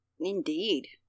indeed